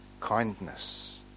kindness